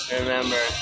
remember